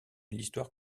l’histoire